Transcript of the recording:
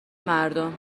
مردم